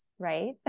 right